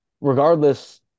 Regardless